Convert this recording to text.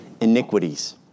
iniquities